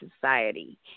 society